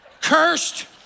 Cursed